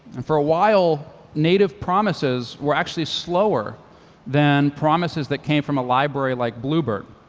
and for a while, native promises were actually slower than promises that came from a library like bluebird.